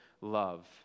love